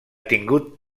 tingut